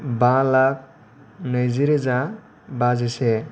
बा लाख नैजिरोजा बाजिसे